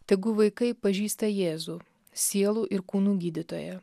tegu vaikai pažįsta jėzų sielų ir kūnų gydytoją